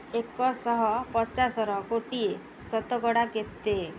ଏକ ଶହ ପଚାଶର କୋଡ଼ିଏ ଶତକଡ଼ା କେତେ